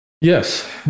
Yes